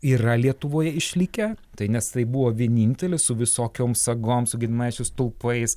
yra lietuvoje išlikę tai nes tai buvo vienintelis su visokiom sagom su gediminaičių stulpais